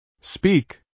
Speak